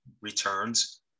returns